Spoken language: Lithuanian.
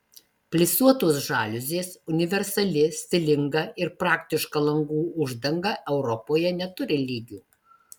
plisuotos žaliuzės universali stilinga ir praktiška langų uždanga europoje neturi lygių